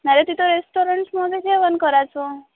नाही तर तिथं रेस्टॉरंट्समध्ये जेवण करायचं